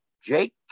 Jake